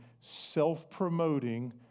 self-promoting